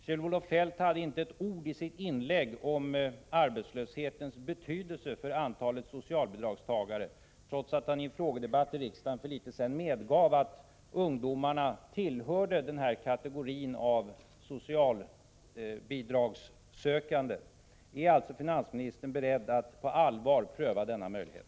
Kjell-Olof Feldt sade i sitt inlägg inte ett ord om arbetslöshetens betydelse för antalet socialbidragstagare, trots att han i en frågedebatt i riksdagen för kort tid sedan medgav att ungdomarna tillhörde den här kategorin av socialbidragssökande. Är alltså finansministern beredd att på allvar pröva denna möjlighet?